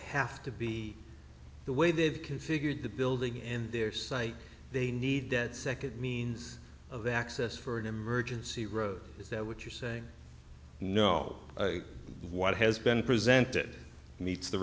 have to be the way they've configured the building and their site they need that second means of access for an emergency road is that what you're saying no what has been presented meets the